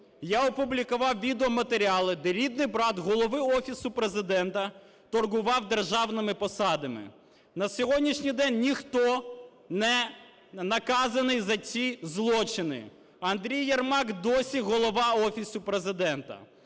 я опублікував відеоматеріали, де рідний брат голови Офісу Президента торгував державними посадами. На сьогоднішній день ніхто не наказаний за ці злочини. Андрій Єрмак досі голова Офісу Президента.